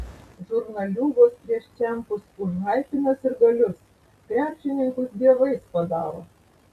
žurnaliūgos prieš čempus užhaipina sirgalius krepšininkus dievais padaro